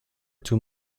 too